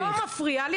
את לא מפריעה לי.